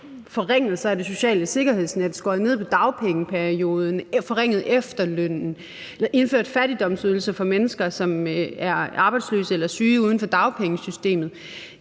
forringelser af det sociale sikkerhedsnet, skåret ned på dagpengeperioden, forringet efterlønnen, indført fattigdomsydelser for mennesker, som er arbejdsløse eller syge uden for dagpengesystemet,